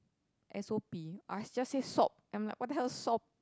S_O_P I just say sop I'm like what the hell is sop